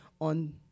on